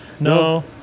No